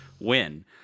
win